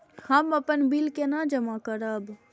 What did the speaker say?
हम अपन बिल केना जमा करब?